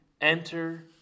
Enter